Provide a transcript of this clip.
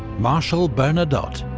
marshal bernadotte